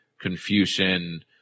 Confucian